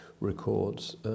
records